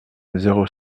zéro